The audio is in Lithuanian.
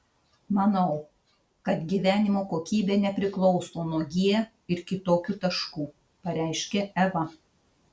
manau kad gyvenimo kokybė nepriklauso nuo g ir kitokių taškų pareiškė eva